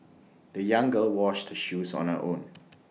the young girl washed the shoes on her own